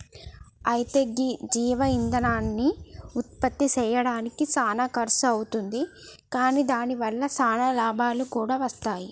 అయితే గీ జీవ ఇందనాన్ని ఉత్పప్తి సెయ్యడానికి సానా ఖర్సు అవుతుంది కాని దాని వల్ల సానా లాభాలు కూడా వస్తాయి